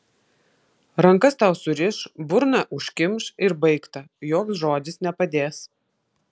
rankas tau suriš burną užkimš ir baigta joks žodis nepadės